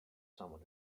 someone